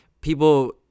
people